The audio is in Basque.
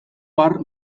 har